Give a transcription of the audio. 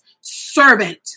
servant